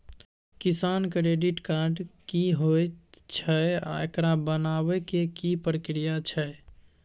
किसान credit card की होयत छै आ एकरा बनाबै के की प्रक्रिया छै?